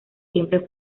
siempre